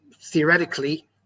theoretically